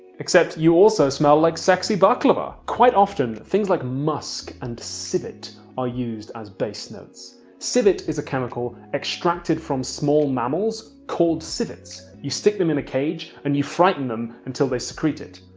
except you also smell like sexy baklava! quite often things like musk and civet are used as base notes. civet is a chemical extracted from small mammals called civets. you stick them in a cage and you frighten them until they secrete it.